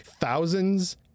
thousands